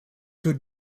would